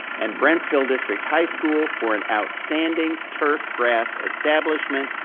and brentsville district high school for an outstanding turf grass establishment,